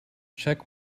check